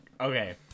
okay